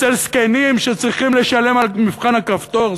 אצל זקנים שצריכים לשלם על מבחן הכפתור,